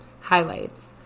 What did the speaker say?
Highlights